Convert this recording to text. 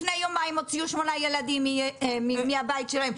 לפני יומיים הוציאו שמונה ילדים מהבית שלהם,